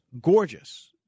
gorgeous